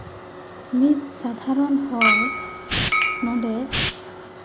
ᱢᱤᱫ ᱥᱟᱫᱷᱟᱨᱚᱱ ᱦᱚᱲ ᱱᱚᱸᱰᱮ